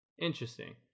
interesting